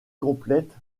complète